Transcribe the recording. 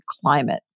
climate